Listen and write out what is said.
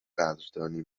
قدردانی